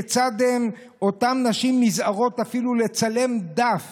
כיצד אותן נשים נזהרות אפילו לצלם דף